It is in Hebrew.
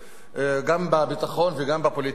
גם בביטחון וגם בפוליטיקה,